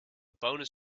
bonus